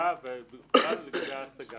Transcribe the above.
עניינים של ניסוח אנחנו לא כותבים למען הספר ספק.